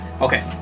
Okay